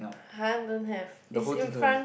[huh] don't have is in front